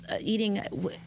eating